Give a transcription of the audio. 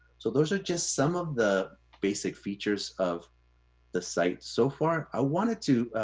so those are just some of the basic features of the site so far. i wanted to